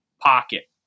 pocket